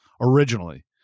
originally